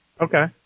Okay